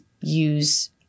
use